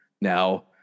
Now